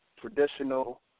traditional